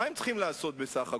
מה הם צריכים לעשות בסך הכול?